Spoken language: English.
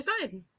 side